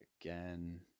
again